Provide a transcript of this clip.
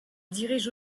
dirige